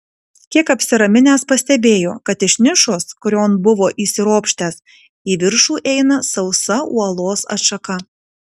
kiek apsiraminęs pastebėjo kad iš nišos kurion buvo įsiropštęs į viršų eina sausa uolos atšaka